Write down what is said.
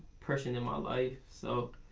person in my life, so.